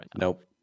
Nope